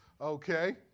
Okay